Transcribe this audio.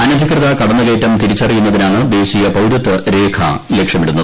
അനധികൃത കടന്നുകയറ്റം തിരിച്ചറിയുന്നതിനാണ് ദേശീയ പൌരത്വ രേഖ ലക്ഷ്യമാടുന്നത്